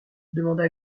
demanda